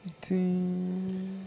Ding